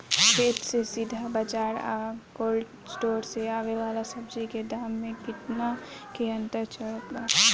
खेत से सीधा बाज़ार आ कोल्ड स्टोर से आवे वाला सब्जी के दाम में केतना के अंतर चलत बा?